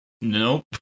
Nope